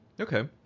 Okay